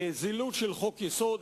זילות של חוק-יסוד.